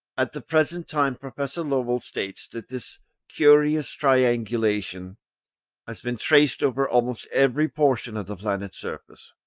at the present time, professor lowell states that this curious triangulation has been traced over almost every portion of the planet's surface,